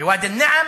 בוואדי-אל-נעם,